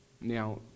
Now